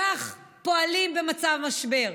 כך פועלים במצב משבר.